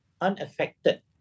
unaffected